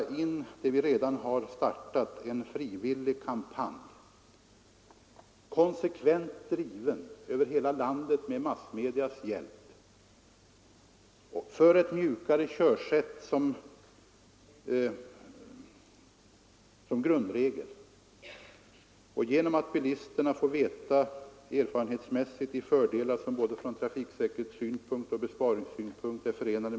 Vi har redan startat en frivillig kampanj, konsekvent driven över hela landet med massmedias hjälp, för ett mjukare körsätt. Bilisterna har fått erfarenhet av de fördelar som är förenade med ett sådant körsätt.